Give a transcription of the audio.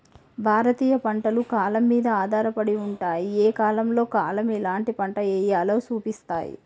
భారతీయ పంటలు కాలం మీద ఆధారపడి ఉంటాయి, ఏ కాలంలో కాలం ఎలాంటి పంట ఎయ్యాలో సూపిస్తాయి